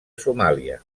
somàlia